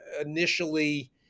initially